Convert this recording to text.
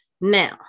Now